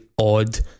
odd